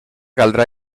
caldrà